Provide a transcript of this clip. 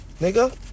nigga